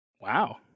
Wow